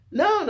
no